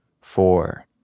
four